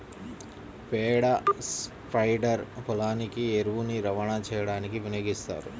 పేడ స్ప్రెడర్ పొలానికి ఎరువుని రవాణా చేయడానికి వినియోగిస్తారు